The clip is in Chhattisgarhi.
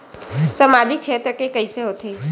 सामजिक क्षेत्र के कइसे होथे?